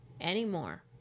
anymore